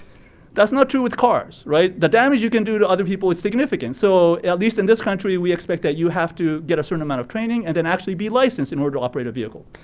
that's not true with cars, right. the damage you can do to other people is significant. so, at least in this country, we expect that you have to get a certain amount of training and and actually be licensed in order to operate a vehicle.